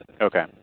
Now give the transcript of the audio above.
Okay